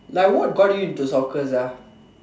like what got it into soccer sia